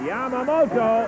Yamamoto